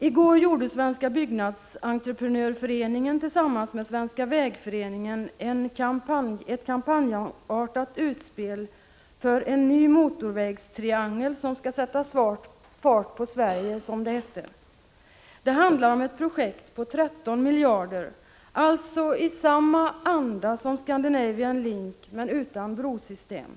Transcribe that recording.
I går gjorde Svenska byggnadsentreprenörföreningen tillsammans med Svenska vägföreningen ett kampanjartat utspel för, som det hette, en ny motorvägstriangel som skall sätta fart på Sverige. Det handlar om ett projekt på 13 miljarder — det skall alltså genomföras i samma anda som i fråga om Scandinavian Link, men utan brosystem.